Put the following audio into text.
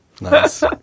Nice